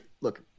look